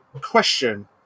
question